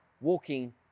walking